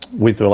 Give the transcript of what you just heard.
with.